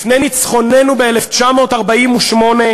לפני ניצחוננו ב-1948,